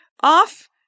off